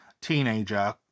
teenager